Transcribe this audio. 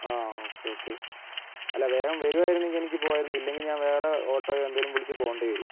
ആ okay okay അല്ല വേഗം വരുവായിരുന്നെങ്കിൽ എനിക്ക് പോകായിരുന്നു ഇല്ലെങ്കിൽ ഞാൻ വേറെ ഓട്ടോയോ എന്തേലും വിളിച്ച് പോകേണ്ടിവരും